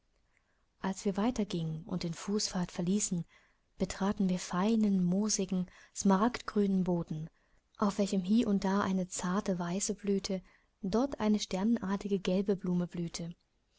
als wir weiter gingen und den fußpfad verließen betraten wir feinen moosigen smaragdgrünen boden auf welchem hie und da eine zarte weiße blüte dort eine sternenartige gelbe blume blühte